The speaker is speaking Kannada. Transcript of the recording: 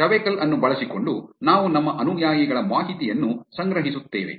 ಟವೆಕಲ್ ಅನ್ನು ಬಳಸಿಕೊಂಡು ನಾವು ನಮ್ಮ ಅನುಯಾಯಿಗಳ ಮಾಹಿತಿಯನ್ನು ಸಂಗ್ರಹಿಸುತ್ತೇವೆ